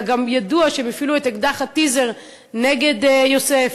אלא גם ידוע שהם הפעילו את אקדח הטיזר נגד יוסף,